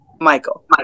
Michael